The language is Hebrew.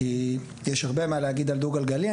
כי יש הרבה מה להגיד על דו גלגלי.